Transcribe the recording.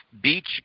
beach